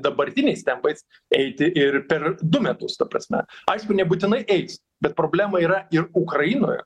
dabartiniais tempais eiti ir per du metus ta prasme aišku nebūtinai eis bet problema yra ir ukrainoje